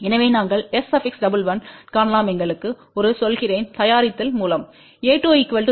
எனவே நாங்கள் S11 காணலாம்எங்களுக்கு ஒரு சொல்கிறேன் தயாரித்தல் மூலம்a2 0